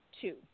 two